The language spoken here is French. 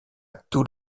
tous